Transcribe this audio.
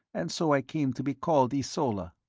and so i came to be called ysola.